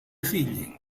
figli